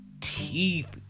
teeth